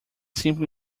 simply